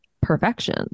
perfection